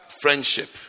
Friendship